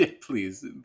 please